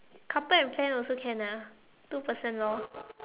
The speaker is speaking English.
couple and friend also can ah two person lor